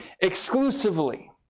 exclusively